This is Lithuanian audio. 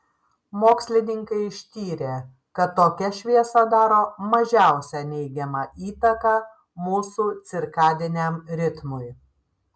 mokslininkai ištyrė kad tokia šviesa daro mažiausią neigiamą įtaką mūsų cirkadiniam ritmui